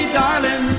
darling